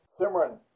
Simran